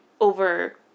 over